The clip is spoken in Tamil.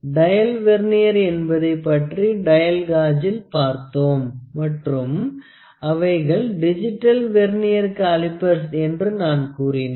டயல் வெர்னியர் என்பதைப் பற்றி டயல் காஜில் பார்த்தோம் மற்றும் அவைகள் டிஜிட்டல் வெர்னியர் காலிப்பர்ஸ் என்று நான் கூறினேன்